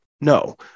No